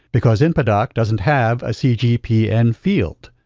because inpadoc doesn't have a cgpn field.